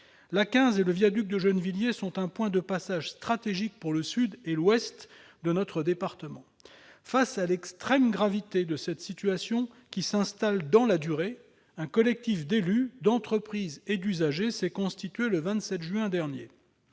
L'A15 et le viaduc de Gennevilliers sont un point de passage stratégique pour le sud et l'ouest de notre département. Face à l'extrême gravité de cette situation, qui s'installe dans la durée, un collectif d'élus, d'entreprises, et d'usagers s'est constitué le 27 juin dernier.